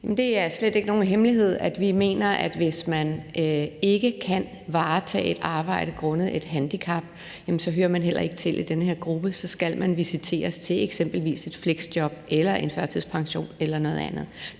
Det er slet ikke nogen hemmelighed, at vi mener, at hvis man ikke kan varetage et arbejde grundet et handicap, hører man heller ikke til i den her gruppe; så skal man visiteres til eksempelvis et fleksjob eller en førtidspension eller noget andet.